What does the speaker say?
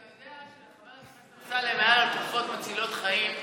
אתה יודע שלחבר הכנסת אמסלם היה חוק לתרופות מצילות חיים,